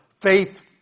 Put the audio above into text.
faith